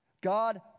God